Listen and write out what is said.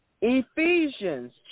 Ephesians